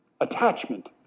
attachment